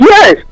Yes